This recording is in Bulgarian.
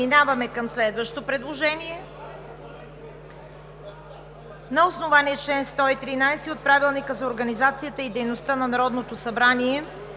Преминаваме към следващо предложение: „На основание чл. 113 от Правилника за организацията и дейността на Народното събрание